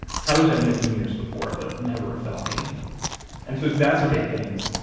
tyler's had misdemeanors before but never a felony and to exacerbate things,